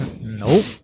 Nope